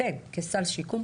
אתם כסל שיקום,